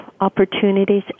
opportunities